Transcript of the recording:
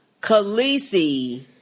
Khaleesi